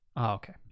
Okay